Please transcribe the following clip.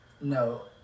No